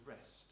rest